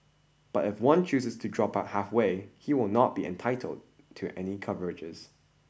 but if one chooses to drop out halfway he will not be entitled to any coverages